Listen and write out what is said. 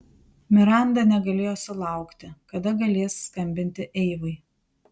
miranda negalėjo sulaukti kada galės skambinti eivai